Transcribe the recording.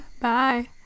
Bye